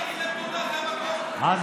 תודה לג'וב טוב כלפון, לניר אורבך, לשקד, לאלקין.